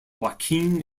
joaquin